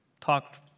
talked